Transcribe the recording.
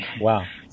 Wow